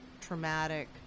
traumatic